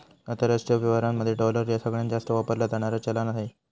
आंतरराष्ट्रीय व्यवहारांमध्ये डॉलर ह्या सगळ्यांत जास्त वापरला जाणारा चलान आहे